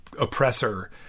oppressor